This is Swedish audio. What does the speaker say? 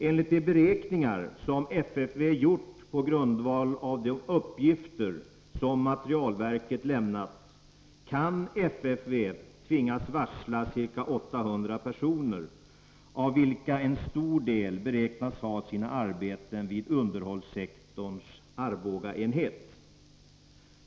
Enligt de beräkningar som FFV gjort på grundval av de uppgifter som materielverket lämnat kan FFV tvingas varsla ca 800 personer, av vilka en stor del beräknas ha sina arbeten vid underhållssektorns Arbogaenhet.